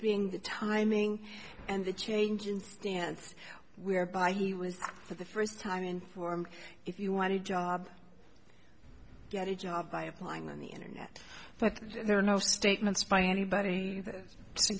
being the timing and the change in stance whereby he was for the first time in form if you want a job get a job by applying on the internet but there are no statements by anybody